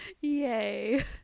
Yay